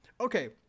Okay